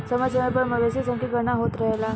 समय समय पर मवेशी सन के गणना होत रहेला